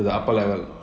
mm oh